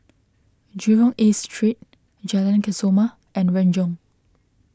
Jurong East Street Jalan Kesoma and Renjong